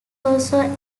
also